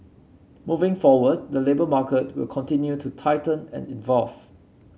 moving forward the labour market will continue to tighten and evolve